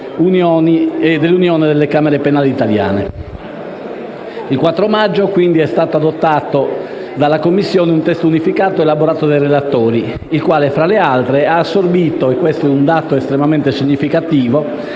dell'Unione delle camere penali italiane. Il 4 maggio 2016 è stato adottato dalla Commissione un testo unificato elaborato dai relatori, il quale, tra le altre, ha assorbito - e questo è un dato estremamente significativo -